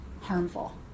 Harmful